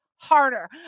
harder